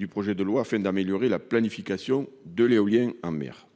du projet de loi afin d'améliorer la planification de l'éolien en mer,